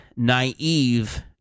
naive